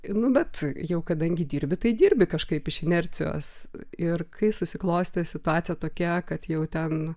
nu bet jau kadangi dirbi tai dirbi kažkaip iš inercijos ir kai susiklostė situacija tokia kad jau ten